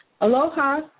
Aloha